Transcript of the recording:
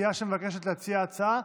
סיעה שמבקשת להציע הצעה,